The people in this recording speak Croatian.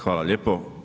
Hvala lijepo.